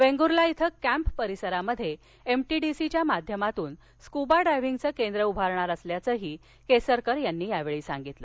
वेंगूर्ला इथल्या कॅम्प परिसरामध्ये एमटीडीसीच्या माध्यमातून स्कूबा डायव्हिंगचं केंद्र उभारणार असल्याचंही केसरकर यांनी सांगितलं